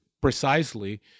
precisely